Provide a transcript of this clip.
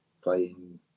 playing